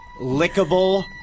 lickable